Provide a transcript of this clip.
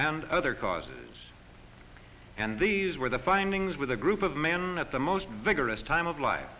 and other causes and these were the findings with a group of men at the most vigorous time of life